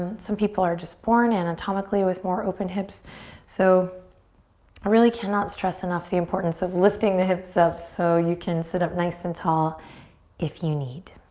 some people are just born anatomically with more open hips so i really can not stress enough the importance of lifting the hips up so you can sit up nice and tall if you need.